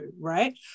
right